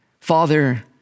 Father